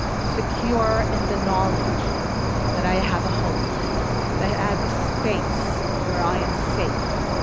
secure in the knowledge that i have a home that i have a space where i am safe,